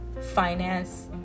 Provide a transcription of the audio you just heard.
finance